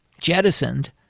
jettisoned